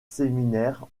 séminaires